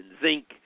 zinc